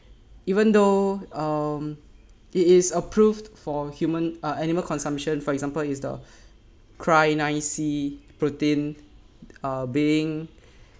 even though um it is approved for human or animal consumption for example is the Cry9C protein are being